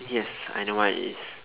yes I know what it is